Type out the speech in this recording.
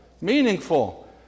Meaningful